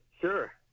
sure